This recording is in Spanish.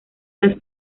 las